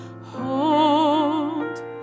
Hold